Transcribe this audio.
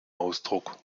ausdruck